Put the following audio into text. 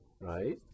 right